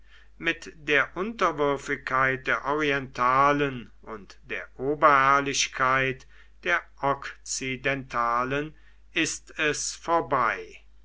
mit der unterwürfigkeit der orientalen und der oberherrlichkeit der okzidentalen ist es vorbei